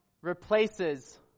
replaces